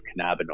cannabinoids